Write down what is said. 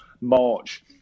march